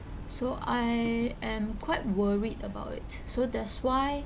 so I am quite worried about it so that's why